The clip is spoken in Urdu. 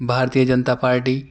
بھارتیہ جنتا پارٹی